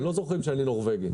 הם לא זוכרים שאני נורבגי.